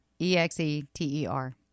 E-X-E-T-E-R